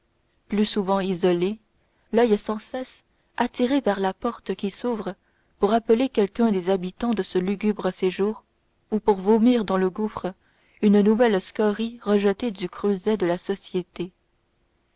plus souvent isolés l'oeil sans cesse attiré vers la porte qui s'ouvre pour appeler quelqu'un des habitants de ce lugubre séjour ou pour vomir dans le gouffre une nouvelle scorie rejetée du creuset de la société